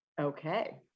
okay